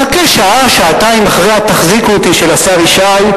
נחכה שעה-שעתיים אחרי ה"תחזיקו אותי" של השר ישי,